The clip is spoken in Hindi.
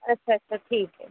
अच्छा अच्छा ठीक है